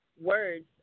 words